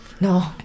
no